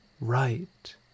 right